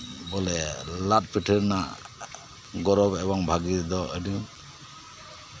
ᱵᱚᱞᱮ ᱞᱟᱫ ᱯᱤᱴᱷᱟᱹ ᱨᱮᱭᱟᱜ ᱜᱚᱨᱚᱵᱽ ᱮᱵᱚᱝ ᱵᱷᱟᱹᱜᱤ ᱫᱚ ᱟᱹᱰᱤ